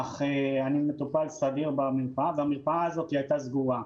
אני מטופל סדיר במרפאה וב-2014 המרפאה הזאת הייתה סגורה.